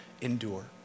endure